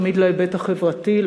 תמיד להיבט החברתי,